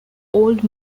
old